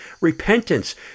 repentance